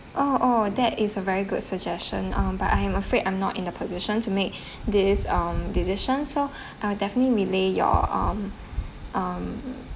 oh oh that is a very good suggestion um but I am afraid I'm not in a position to make this um decision so I'll definitely relay your um um